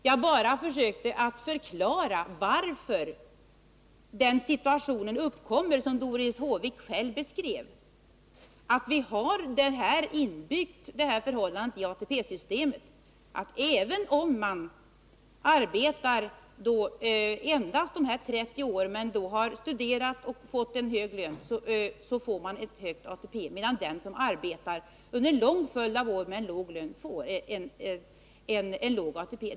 Jag försökte bara förklara varför den situation uppkommer som Doris Håvik själv beskrev, genom att vi har det här förhållandet inbyggt i ATP-systemet — att den som endast arbetar 30 år, men har studerat och fått en hög lön, får hög ATP, medan den som arbetar under en lång följd av år med låg lön får låg ATP.